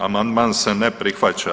Amandman se ne prihvaća.